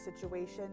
situation